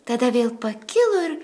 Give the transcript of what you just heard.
tada vėl pakilo ir